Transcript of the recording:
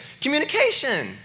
Communication